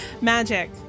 Magic